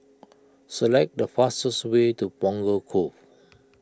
select the fastest way to Punggol Cove